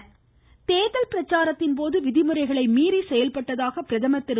உச்சநீதிமன்றம் தேர்தல் பிரச்சாரத்தின் போது விதிமுறைகளை மீறி செயல்பட்டதாக பிரதமர் திரு